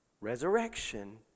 resurrection